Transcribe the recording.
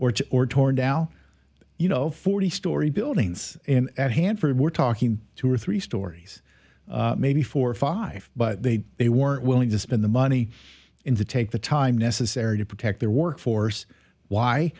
or or torn down you know forty story buildings at hanford we're talking two or three stories maybe four or five but they they weren't willing to spend the money in the take the time necessary to protect their workforce why